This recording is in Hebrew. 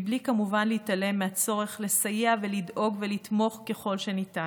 בלי להתעלם כמובן מהצורך לסייע ולדאוג ולתמוך ככל האפשר.